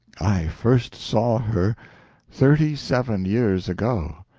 i first saw her thirty-seven years ago,